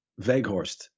Veghorst